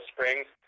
Springs